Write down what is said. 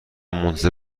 منتظر